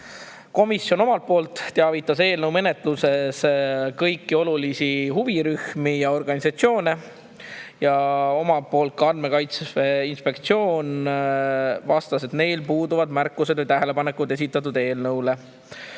Komisjon omalt poolt teavitas eelnõu menetlusest kõiki olulisi huvirühmi ja organisatsioone. Andmekaitse Inspektsioon vastas, et neil puuduvad märkused ja tähelepanekud esitatud eelnõu